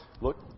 look